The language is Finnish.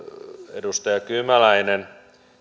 edustaja kymäläinen